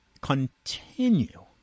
continue